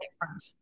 different